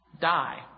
die